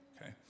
okay